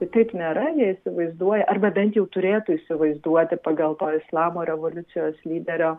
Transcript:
tai taip nėra jie įsivaizduoja arba bent jau turėtų įsivaizduoti pagal to islamo revoliucijos lyderio